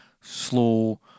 slow